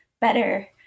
better